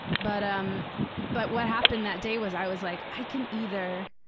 but um but what happened that day was, i was like, i can either